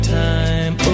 time